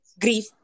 grief